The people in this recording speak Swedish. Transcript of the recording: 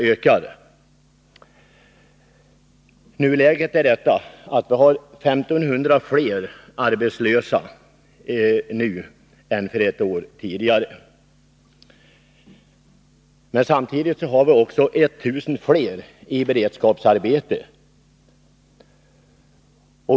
3 Nuläget är det, att vi har 1 500 fler arbetslösa än ett år tidigare. Samtidigt har vi 1 000 fler i beredskapsarbete.